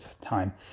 time